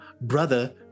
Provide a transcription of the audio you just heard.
brother